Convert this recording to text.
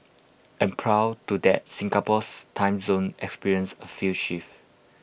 and prior to that Singapore's time zone experienced A few shifts